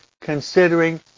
considering